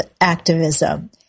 activism